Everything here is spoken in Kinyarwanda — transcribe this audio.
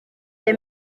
the